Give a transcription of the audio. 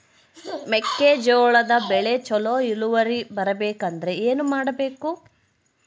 ಮೆಕ್ಕೆಜೋಳದ ಬೆಳೆ ಚೊಲೊ ಇಳುವರಿ ಬರಬೇಕಂದ್ರೆ ಏನು ಮಾಡಬೇಕು?